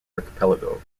archipelago